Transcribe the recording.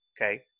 okay